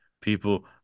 people